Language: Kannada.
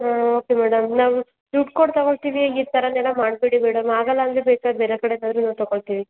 ಹಾಂ ಓಕೆ ಮೇಡಮ್ ನಾವು ದುಡ್ಡು ಕೊಟ್ಟು ತಗೋಳ್ತಿವಿ ಈ ತರಯೆಲ್ಲಾ ಮಾಡಬೇಡಿ ಮೇಡಮ್ ಆಗೋಲ್ಲ ಅಂದರೆ ಬೇಕಾದ ಬೇರೆ ಕಡೆಯಿಂದಾದ್ರು ನಾವು ತಗೋಳ್ತಿವಿ